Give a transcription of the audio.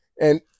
And-